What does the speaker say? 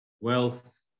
wealth